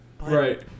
Right